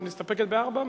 את מסתפקת בארבע?